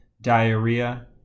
diarrhea